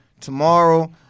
tomorrow